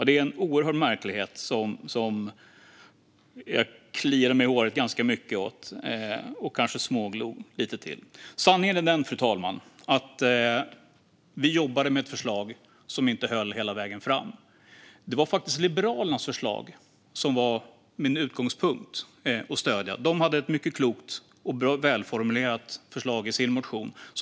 Det är en oerhörd märklighet som jag kliade mig i håret ganska mycket över och kanske smålog lite åt. Fru talman! Sanningen är den att vi jobbade med ett förslag som inte höll hela vägen. Min utgångspunkt var att stödja Liberalerna, för de hade ett mycket klokt och välformulerat förslag i sin motion.